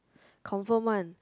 confirm one